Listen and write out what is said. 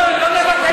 לא, לא נבטל שום דבר.